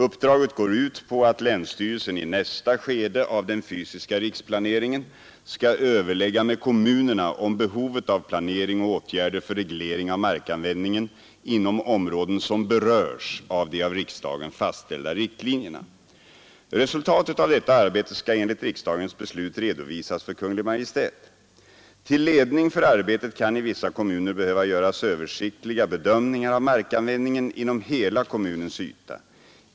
Uppdraget går ut på att länsstyrelsen i nästa skede av den fysiska riksplaneringen skall överlägga med kommunerna om behovet av planering och åtgärder för reglering av markanvändningen inom områden som berörs av de av riksdagen fastställda riktlinjerna. Resultatet av detta arbetet skall enligt riksdagens beslut redovisas för Kungl. Maj:t. Till ledning för arbetet kan i vissa kommuner behöva göras översiktliga bedömningar av markanvändningen inom hela kommunens yta.